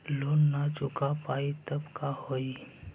Loan न चुका पाई तब का होई?